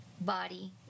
body